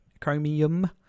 chromium